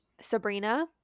Sabrina